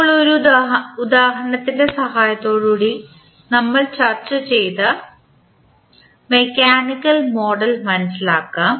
ഇപ്പോൾ ഒരു ഉദാഹരണത്തിൻറെ സഹായത്തോടെ നമ്മൾ ചർച്ച ചെയ്ത മെക്കാനിക്കൽ മോഡൽ മനസിലാക്കാം